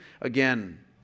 again